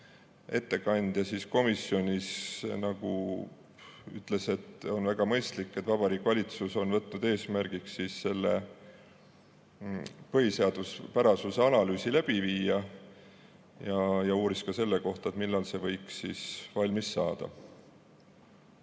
ettekandja komisjonis ütles, et on väga mõistlik, et Vabariigi Valitsus on võtnud eesmärgiks [eelnõu] põhiseaduspärasuse analüüs läbi viia, ja uuris ka selle kohta, millal see võiks valmis saada.